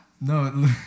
No